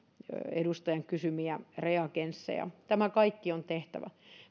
edustajan kysymiä reagensseja tämä kaikki on tehtävä